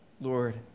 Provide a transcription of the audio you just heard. Lord